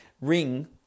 ring